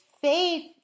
faith